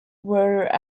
were